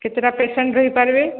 କେତେଟା ପେସେଣ୍ଟ ରହିପାରିବେ